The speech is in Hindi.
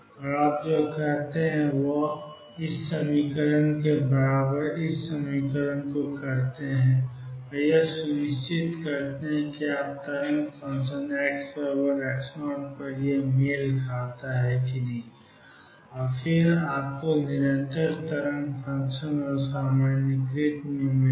तो आप जो करते हैं वह है rightnew के बराबर होना चाहिए rightxleftnewx0rightnewx0 यह सुनिश्चित करेगा कि अब तरंग फ़ंक्शन xx0 पर मेल खाता है और फिर आपको निरंतर तरंग फ़ंक्शन और सामान्यीकृत में मिला